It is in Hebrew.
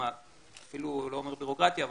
לא אומר בירוקרטיה,